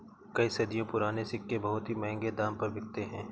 कई सदियों पुराने सिक्के बहुत ही महंगे दाम पर बिकते है